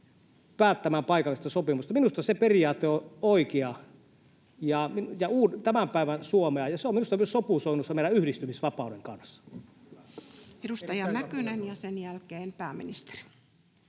päättämään paikallisesta sopimuksesta, on oikea periaate ja tämän päivän Suomea, ja se on minusta myös sopusoinnussa meidän yhdistymisvapauden kanssa. Edustaja Mäkynen, ja sen jälkeen pääministeri.